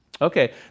Okay